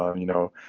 um you know,